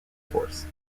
force